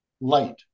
light